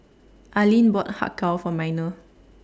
Alleen bought Har Kow For Minor